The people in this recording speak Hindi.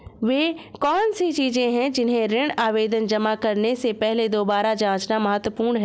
वे कौन सी चीजें हैं जिन्हें ऋण आवेदन जमा करने से पहले दोबारा जांचना महत्वपूर्ण है?